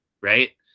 right